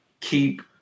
Keep